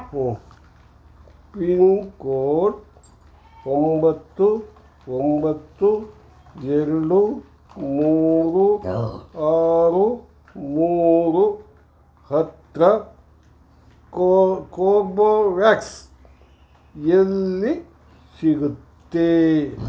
ಓ pin code ಒಂಬತ್ತು ಒಂಬತ್ತು ಎರಡು ಮೂರು ಆರು ಮೂರು ಹತ್ತಿರ ಕೋಬೋವ್ಯಾಕ್ಸ್ ಎಲ್ಲಿ ಸಿಗುತ್ತೆ